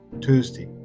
Tuesday